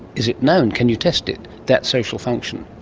is it known, can you test it, that social function?